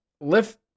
lift